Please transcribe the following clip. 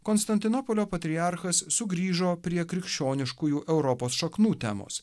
konstantinopolio patriarchas sugrįžo prie krikščioniškųjų europos šaknų temos